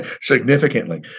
significantly